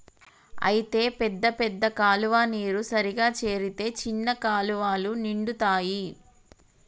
అయితే పెద్ద పెద్ద కాలువ నీరు సరిగా చేరితే చిన్న కాలువలు నిండుతాయి